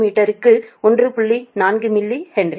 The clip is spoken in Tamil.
4 மிலி ஹென்றி